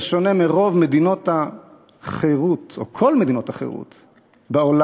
בשונה מרוב מדינות החירות או כל מדינות החירות בעולם,